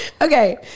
Okay